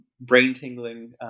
brain-tingling